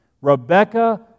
Rebecca